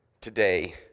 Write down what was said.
today